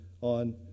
on